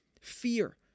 fear